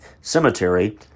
Cemetery